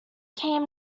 came